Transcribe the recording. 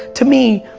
to me,